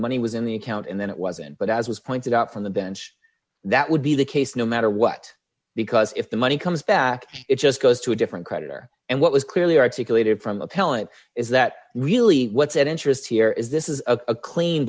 money was in the account and then it wasn't but as was pointed out from the bench that would be the case no matter what because if the money comes back it just goes to a different creditor and what was clearly articulated from appellant is that really what's at interest here is this is